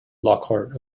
lockhart